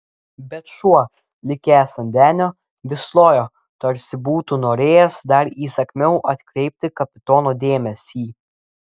bet šuo likęs ant denio vis lojo tarsi būtų norėjęs dar įsakmiau atkreipti kapitono dėmesį